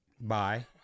Bye